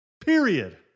Period